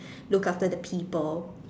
look after the people